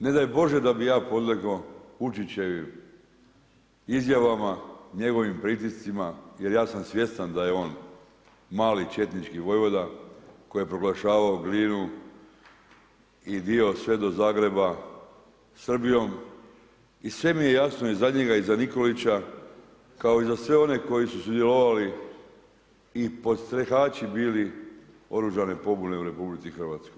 Ne daj Bože da bi ja podlegao Vučićevim izjavama, njegovim pritiscima jer ja sam svjestan da je on mali četnički vojvoda koji je proglašavao Glinu i dio sve do Zagreba Srbijom i sve mi je jasno i za njega i za Nikolića kao i za sve one koji su sudjelovali i podstrehači bili oružanoj pobuni u RH.